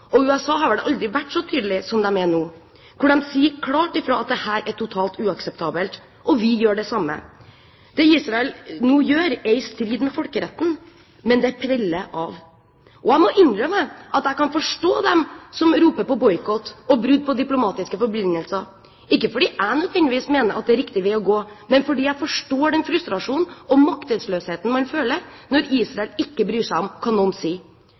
og USA har vel aldri vært så tydelig som nå. De sier klart fra om at dette er totalt uakseptabelt. Og vi gjør det samme. Det Israel nå gjør, er i strid med folkeretten, men det preller av. Jeg må innrømme at jeg kan forstå dem som roper på boikott og brudd på diplomatiske forbindelser – ikke fordi jeg nødvendigvis mener at det er riktig vei å gå, men fordi jeg forstår den frustrasjonen og maktesløsheten man føler når Israel ikke bryr seg om hva noen